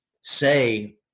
say